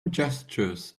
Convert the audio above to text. gestures